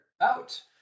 out